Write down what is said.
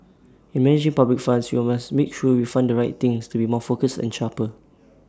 in managing public funds we must make sure we fund the right things to be more focused and sharper